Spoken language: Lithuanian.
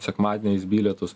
sekmadieniais bilietus